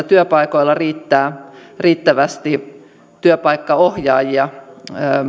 työpaikoilla riittävästi työpaikkaohjaajia